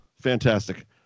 Fantastic